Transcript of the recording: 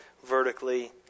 Vertically